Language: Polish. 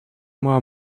mała